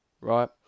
right